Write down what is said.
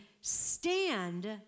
stand